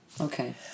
okay